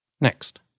Next